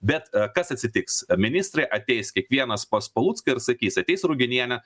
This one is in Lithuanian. bet kas atsitiks ministrai ateis kiekvienas pas palucką ir sakys ateis ruginienė